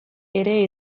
ere